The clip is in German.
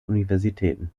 universitäten